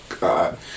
God